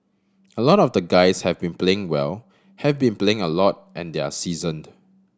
a lot of the guys have been playing well have been playing a lot and they're seasoned